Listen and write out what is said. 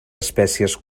espècies